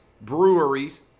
breweries